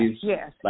Yes